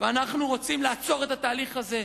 ואנחנו רוצים לעצור את התהליך הזה.